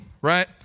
right